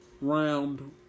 round